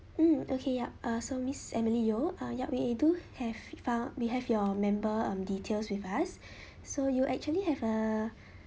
mm okay yup uh so miss emily yeo uh yup we do have found we have your member um details with us so you actually have a